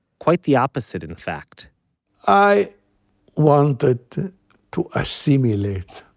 quite the opposite, in fact i wanted to assimilate.